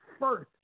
first